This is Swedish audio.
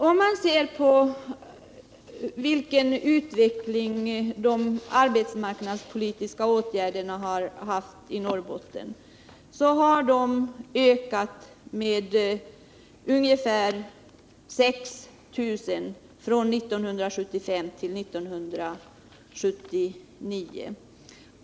Om man ser på den utveckling i vad gäller sysselsättningen som skett i Norrbotten på grund av arbetsmarknadspolitiska åtgärder finner man att antalet arbetstillfällen ökat med ungefär 6 000 från 1975 till 1979.